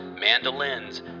mandolins